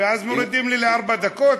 ואז מורידים לי לארבע דקות?